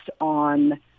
on